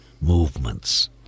movements